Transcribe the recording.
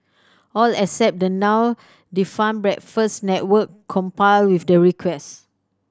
all except the now defunct Breakfast Network compare with the request